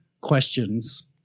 questions